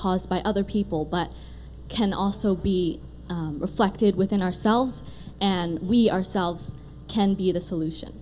caused by other people but can also be reflected within ourselves and we ourselves can be the solution